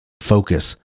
focus